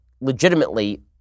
legitimately